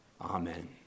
Amen